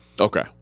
Okay